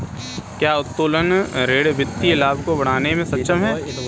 क्या उत्तोलन ऋण वित्तीय लाभ को बढ़ाने में सक्षम है?